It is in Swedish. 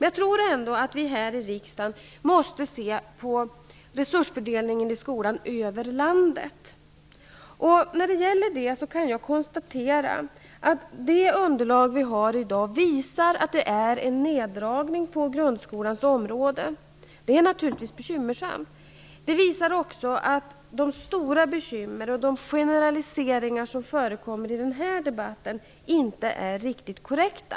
Jag tror ändå att vi här i riksdagen måste se på resursfördelningen över hela landet när det gäller skolan. Jag konstaterar att det underlag som vi i dag har visar att det har skett en neddragning på grundskolans område. Det är naturligtvis bekymmersamt. Det visar också att uppgifter om de stora bekymmer och om generaliseringar som förekommer i den här debatten inte är riktigt korrekta.